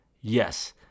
yes